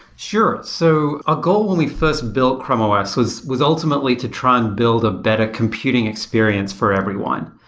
sure. so a goal when we first built chrome os was was ultimately to try and build a better computing experience for everyone.